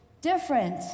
Different